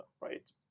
right